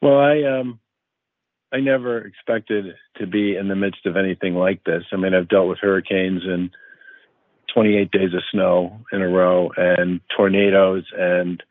well, i um i never expected to be in the midst of anything like this. i mean, i've dealt with hurricanes and twenty eight days of snow in a row and tornadoes and